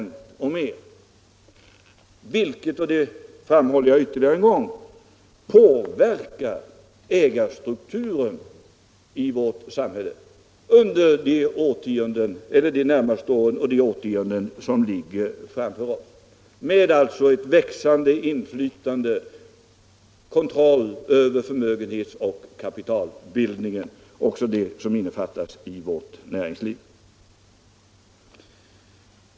Detta påverkar naturligtvis — det framhåller jag än en gång — ägarstrukturen i vårt samhälle under de närmaste åren och under de årtionden som ligger framför oss, med växande inflytande och kontroll över förmögenhetsoch kapitalbildningen, också den som innefattas i vårt näringsliv.